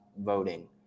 voting